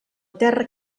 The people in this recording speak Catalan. terra